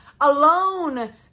alone